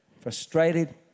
frustrated